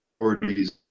authorities